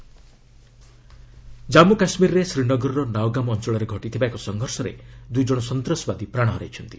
JK gunfight Jammu କାଶ୍ମୀରରେ ଶ୍ରୀନଗରର ନାଓଗାମ ଅଞ୍ଚଳରେ ଘଟିଥିବା ଏକ ସଂଘର୍ଷରେ ଦୁଇଜଣ ସନ୍ତାସବାଦୀ ପ୍ରାଣ ହରାଇଛନ୍ତି